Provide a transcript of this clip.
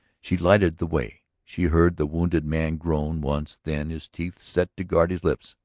she lighted the way. she heard the wounded man groan once then, his teeth set to guard his lips,